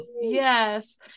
Yes